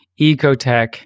Ecotech